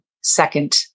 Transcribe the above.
second